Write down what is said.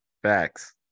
Facts